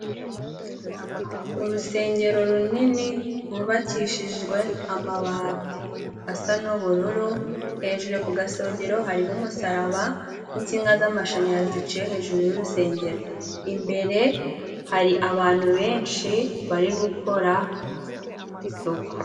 Urusengero runini rwubakishijwe amabati asa n'ubururu, hejuru ku gasongero hariho umusaraba n'insinga z'amashanyarazi ziciye hejuru y'urusengero. Imbere hari abantu benshi bari gukora isuku.